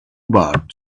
birds